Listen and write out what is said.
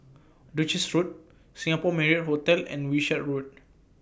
Duchess Road Singapore Marriott Hotel and Wishart Road